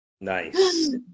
Nice